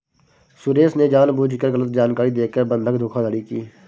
सुरेश ने जानबूझकर गलत जानकारी देकर बंधक धोखाधड़ी की